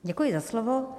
Děkuji za slovo.